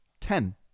ten